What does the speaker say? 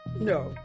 no